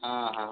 हाँ हाँ